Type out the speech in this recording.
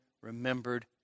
remembered